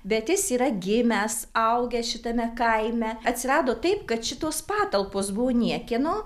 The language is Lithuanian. bet jis yra gimęs augęs šitame kaime atsirado taip kad šitos patalpos buvo niekieno